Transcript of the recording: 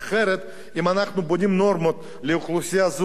אם אנחנו בונים נורמות לאוכלוסייה זו ככה,